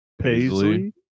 Paisley